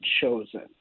chosen